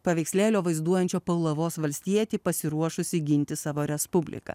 paveikslėlio vaizduojančio paulavos valstietį pasiruošusį ginti savo respubliką